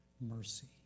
mercy